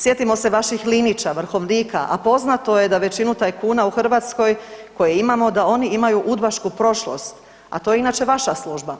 Sjetimo se vaših Linića, Vrhovnika, a poznato je da većinu tajkuna u Hrvatskoj koje imamo da oni imaju udbašku prošlost, a to je inače vaša služba.